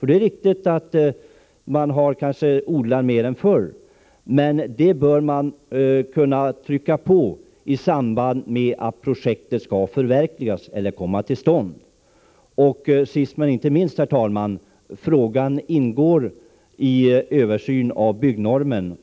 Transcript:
Det är riktigt att svenska folket nu kanske odlar mer än förr. Sist men inte minst: Frågan om förvaringsutrymmen ingår i översynen av byggnormen.